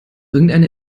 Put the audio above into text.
irgendeine